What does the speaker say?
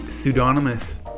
pseudonymous